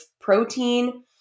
protein